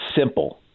simple